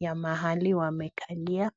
ya mahali wamekalia.